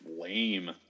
lame